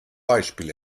beispiel